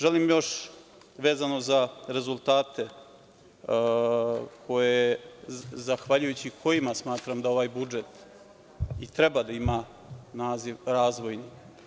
Želim još, vezano za rezultate zahvaljujući kojima smatram da ovaj budžet i treba da ima naziv razvojni.